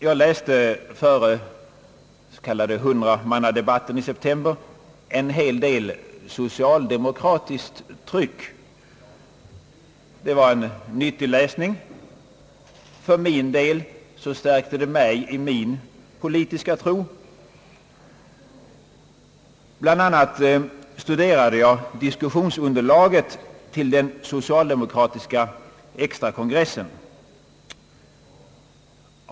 Jag läste före den s.k. hundramannadebatten i september en hel del socialdemokratiskt tryck; det var en nyttig läsning. För min del stärkte det mig i min politiska tro. Bland annat studerade jag diskussionsunderlaget till den socialdemokratiska <extrakonferensen.